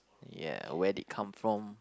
ya where did it come from